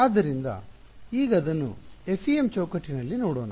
ಆದ್ದರಿಂದ ಈಗ ಅದನ್ನು FEM ಚೌಕಟ್ಟಿನಲ್ಲಿ ಇಡೋಣ